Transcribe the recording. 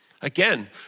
Again